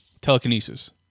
telekinesis